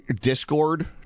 Discord